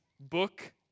book